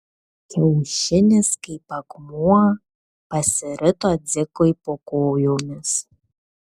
kiaušinis kaip akmuo pasirito dzikui po kojomis